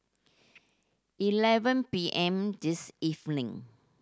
eleven P M this evening